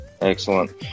Excellent